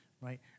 right